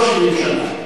לא 70 שנה,